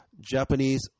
Japanese